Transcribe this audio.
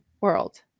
world